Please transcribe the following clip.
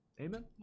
Amen